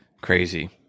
crazy